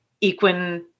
equine